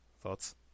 thoughts